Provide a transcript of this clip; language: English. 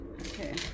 Okay